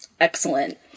excellent